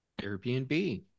Airbnb